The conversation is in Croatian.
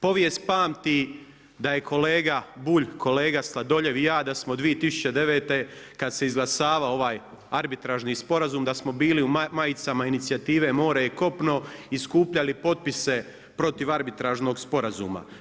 Povijest pamti da je kolega Bulj, kolega Sladoljev i ja da smo 2009. kada se izglasavao ovaj arbitražni sporazum da smo bili u majicama Inicijative „More je kopno“ i skupljali potpise protiv arbitražnog sporazuma.